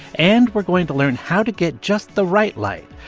and we're going to learn how to get just the right light,